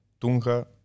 Tunja